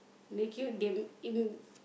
make you they